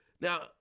Now